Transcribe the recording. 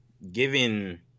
Given